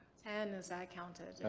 ten as i counted.